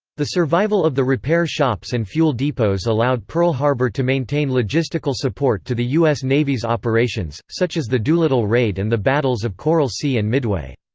the survival of the repair shops and fuel depots allowed pearl harbor to maintain logistical support to the u s. navy's operations, such as the doolittle raid and the battles of coral sea and midway.